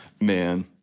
Man